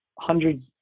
hundreds